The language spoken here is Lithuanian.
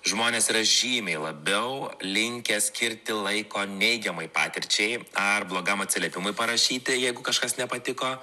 žmonės yra žymiai labiau linkę skirti laiko neigiamai patirčiai ar blogam atsiliepimui parašyti jeigu kažkas nepatiko